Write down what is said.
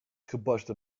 gebarsten